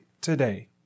today